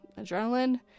adrenaline